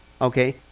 okay